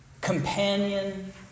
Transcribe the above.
companion